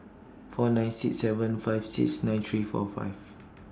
four nine six seven five six nine three four five